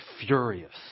furious